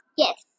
yes